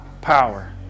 power